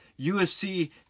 UFC